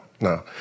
no